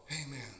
Amen